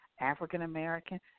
african-american